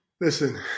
Listen